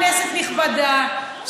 כנסת נכבדה,